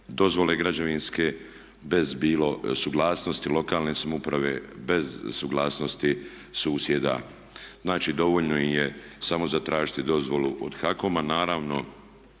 dozvole građevinske, bez suglasnosti lokalne samouprave, bez suglasnosti susjeda. Znači, dovoljno im je samo zatražiti dozvolu od HAKOM-a. Naravno